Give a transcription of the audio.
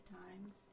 times